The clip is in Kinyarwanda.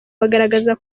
bagaragaza